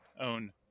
own